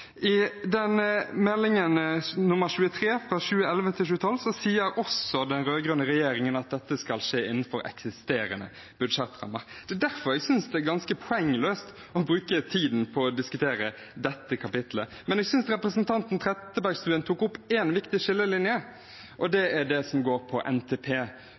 sier den rød-grønne regjeringen også at dette skal skje innenfor eksisterende budsjettrammer. Det er derfor jeg synes det er ganske poengløst å bruke tiden på å diskutere dette kapitlet. Men jeg synes at representanten Trettebergstuen tok opp én viktig skillelinje, og det er det som går på NTP.